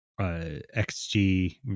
XG